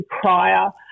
prior